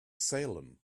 salem